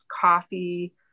coffee